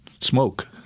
Smoke